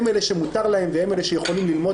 הם אלה שמותר להם והם אלה שיכולים ללמוד